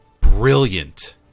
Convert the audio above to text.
brilliant